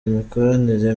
imikoranire